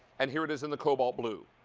and here it is in the cobalt blue.